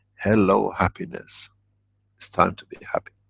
hello happiness it's time to be happy.